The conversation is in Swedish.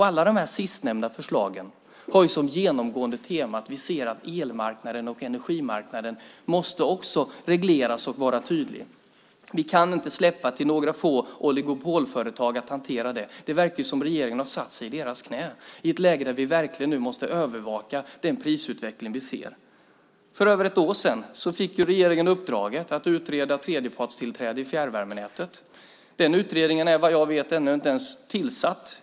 Alla de sistnämnda förslagen har som genomgående tema att vi ser att elmarknaden och energimarknaden måste regleras och vara tydliga. Vi kan inte släppa hanteringen av detta till några få oligopolföretag. Det verkar som att regeringen har satt sig i deras knä i ett läge där vi nu verkligen måste övervaka den prisutveckling som vi ser. För över ett år sedan fick regeringen uppdraget att utreda tredjepartstillträde i fjärrvärmenätet. Den utredningen är vad jag vet ännu inte ens tillsatt.